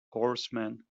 horsemen